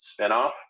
spinoff